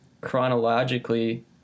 chronologically